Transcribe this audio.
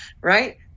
right